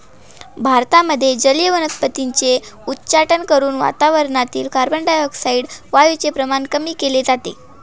भारतामध्ये जलीय वनस्पतींचे उच्चाटन करून वातावरणातील कार्बनडाय ऑक्साईड वायूचे प्रमाण कमी केले जाते